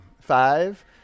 Five